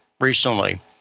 recently